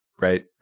right